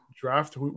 Draft